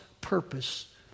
purpose